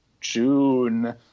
June